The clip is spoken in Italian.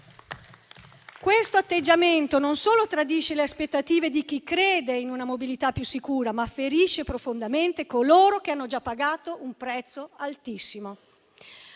Questo atteggiamento non solo tradisce le aspettative di chi crede in una mobilità più sicura, ma ferisce profondamente coloro che hanno già pagato un prezzo altissimo.